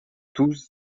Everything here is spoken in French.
tous